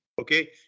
okay